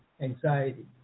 anxiety